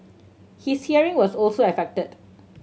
his hearing was also affected